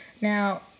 Now